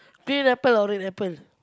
pin apple or red apple